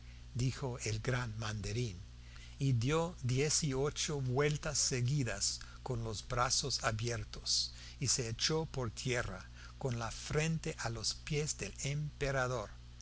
dijo el gran mandarín y dio dieciocho vueltas seguidas con los brazos abiertos y se echó por tierra con la frente a los pies del emperador